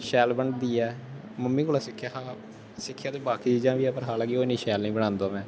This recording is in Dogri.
शैल बनदी ऐ मम्मी कोला सिक्खेआ हा सिक्खियां ते बाकी चीजां बी है पर ओह् शैल निं बनांदा में